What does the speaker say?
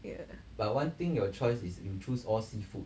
yeah